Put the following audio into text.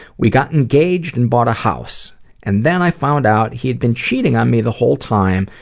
we got engaged and bought a house and then i found out he had been cheating on me the whole time,